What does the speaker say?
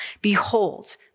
Behold